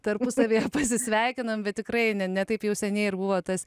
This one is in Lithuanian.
tarpusavyje pasisveikinom bet tikrai ne taip jau seniai ir buvo tas